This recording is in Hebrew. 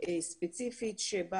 לשפה ספציפית, שבה